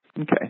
Okay